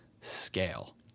scale